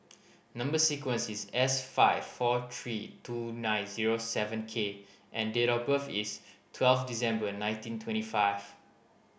number sequence is S five four three two nine zero seven K and date of birth is twelve December nineteen twenty five